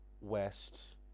West